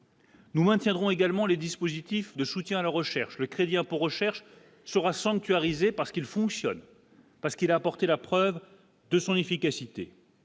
Nous maintiendrons également les dispositifs de soutien à la recherche, le crédit impôt recherche sera sanctuarisée, parce qu'il fonctionne parce qu'il a apporté la preuve de son efficacité,